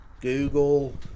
Google